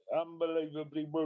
unbelievably